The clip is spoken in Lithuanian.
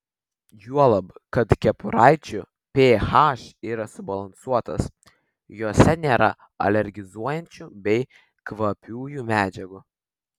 juolab kad kepuraičių ph yra subalansuotas jose nėra alergizuojančių bei kvapiųjų medžiagų